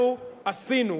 אנחנו עשינו.